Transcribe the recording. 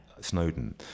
Snowden